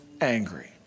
angry